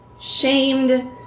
shamed